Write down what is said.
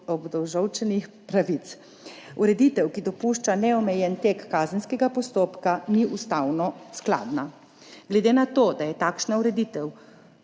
obdolženčevih pravic. Ureditev, ki dopušča neomejen tek kazenskega postopka, ni ustavno skladna. Glede na to, da je takšna ureditev